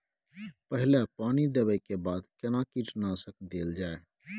पहिले पानी देबै के बाद केना कीटनासक देल जाय?